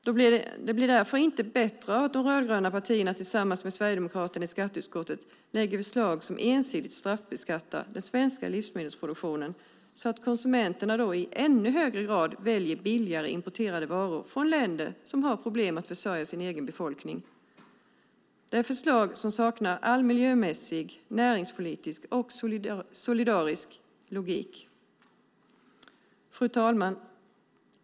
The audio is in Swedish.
Det blir därför inte bättre av att de rödgröna partierna tillsammans med Sverigedemokraterna i skatteutskottet lägger förslag som ensidigt straffbeskattar den svenska livsmedelsproduktionen, så att konsumenterna i ännu högre grad väljer billigare importerade varor från länder som har problem att försörja sin egen befolkning. Det är förslag som saknar all miljömässig, näringspolitisk och solidarisk logik. Fru talman!